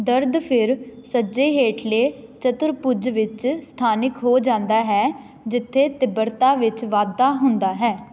ਦਰਦ ਫਿਰ ਸੱਜੇ ਹੇਠਲੇ ਚਤੁਰਭੁਜ ਵਿੱਚ ਸਥਾਨਕ ਹੋ ਜਾਂਦਾ ਹੈ ਜਿੱਥੇ ਤੀਬਰਤਾ ਵਿੱਚ ਵਾਧਾ ਹੁੰਦਾ ਹੈ